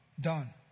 Done